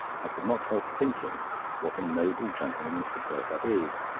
i could not help thinking what a noble gentleman mr. perkupp is.